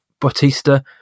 Bautista